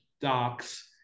docs